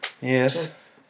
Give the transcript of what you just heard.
Yes